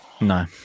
no